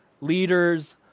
leaders